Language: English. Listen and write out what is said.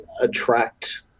attract